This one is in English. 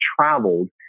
traveled